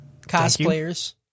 cosplayers